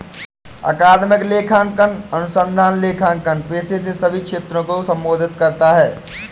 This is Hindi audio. अकादमिक लेखांकन अनुसंधान लेखांकन पेशे के सभी क्षेत्रों को संबोधित करता है